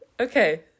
Okay